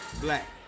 black